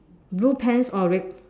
blue pants or red